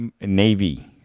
Navy